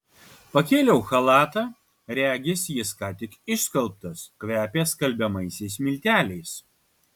pakėliau chalatą regis jis ką tik išskalbtas kvepia skalbiamaisiais milteliais